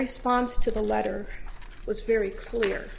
response to the letter was very clear